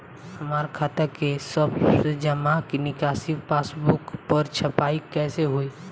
हमार खाता के सब जमा निकासी पासबुक पर छपाई कैसे होई?